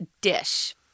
dish